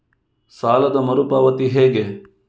ಸಾಲದ ಮರು ಪಾವತಿ ಹೇಗೆ?